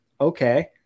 okay